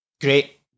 Great